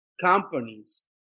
companies